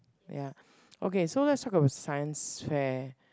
ya okay so let's talk about science fair